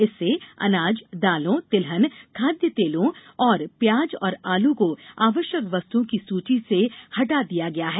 इससे अनाज दालों तिलहन खाद्य तेलों और प्याज और आलू को आवश्यक वस्तुओं की सूची से हटा दिया गया है